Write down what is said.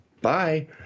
bye